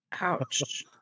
Ouch